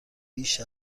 بیش